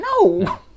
No